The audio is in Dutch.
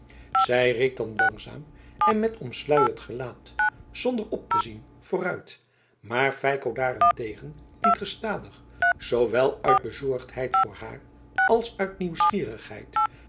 zij reed dan langzaam en met omsluierd gelaat zonder op te zien vooruit maar feiko daarentegen liet gestadig zoowel uit bezorgdheid voor haar als uit nieuwsgierigheid